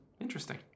Interesting